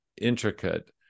intricate